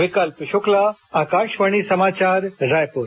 विकल्प शुक्ला आकाशवाणी समाचार रायपुर